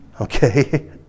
okay